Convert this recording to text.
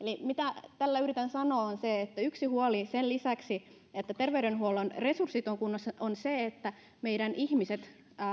mitä tällä yritän sanoa yksi huoli sen lisäksi että terveydenhuollon resurssit ovat kunnossa on se että meidän ihmiset